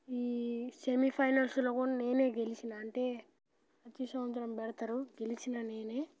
ఈ సెమీఫైనల్స్లో కూడా నేనే గెలిచిన అంటే వచ్చే సంవత్సరం పెడతారు గెలిచినా నేను